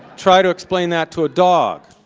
try to explain that to a dog.